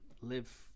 live